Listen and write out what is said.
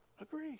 agree